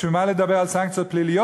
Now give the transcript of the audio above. בשביל מה לדבר על סנקציות פליליות,